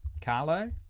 Carlo